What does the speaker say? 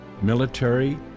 Military